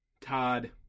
Todd